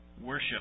worship